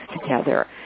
together